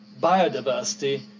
biodiversity